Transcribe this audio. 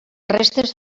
restes